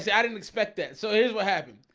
yeah didn't expect that so here's what happened.